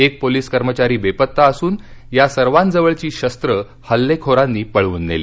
एक पोलीस कर्मचारी बेपत्ता असून या सर्वांजवळची शस्त्र हल्लेखोरांनी पळवून नेली